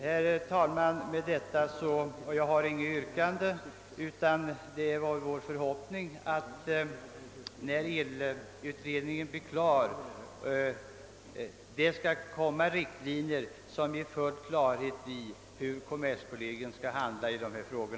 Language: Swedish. Jag har inget yrkande, utan jag vill endast framhålla att det är vår förhoppning att vi, när elutredningen blir färdig, skall få riktlinjer som ger full klarhet i hur kommerskollegium skall handla i dessa frågor.